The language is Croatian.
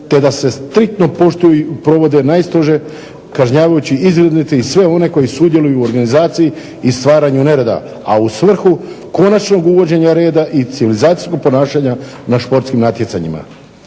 te da se striktno provode najstrože kažnjavajući izgrednici i sve one koji sudjeluju u organizaciji i stvaranju nereda, a u svrhu konačnog uvođenja reda i civilizacijskog ponašanja na športskim natjecanjima,